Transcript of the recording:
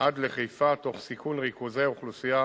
עד לחיפה, תוך סיכון ריכוז אוכלוסייה